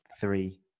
three